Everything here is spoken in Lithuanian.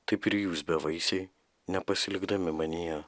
taip ir jūs bevaisiai nepasilikdami manyje